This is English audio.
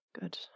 Good